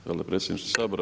Hvala predsjedniče Sabora.